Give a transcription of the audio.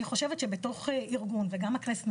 אני חושבת שבתוך ארגון וגם הכנסת,